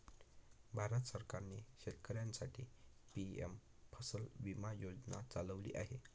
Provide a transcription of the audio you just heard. भारत सरकारने शेतकऱ्यांसाठी पी.एम फसल विमा योजना चालवली आहे